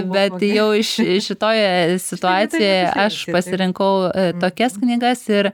bet jau ši šitoje situacijoje aš pasirinkau tokias knygas ir